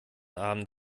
abend